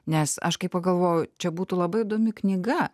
nes aš kai pagalvoju čia būtų labai įdomi knyga